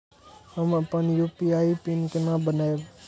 हम अपन UPI PIN केना बनैब?